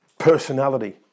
personality